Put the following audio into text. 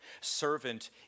servant